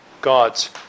God's